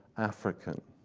african.